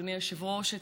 אדוני היושב-ראש,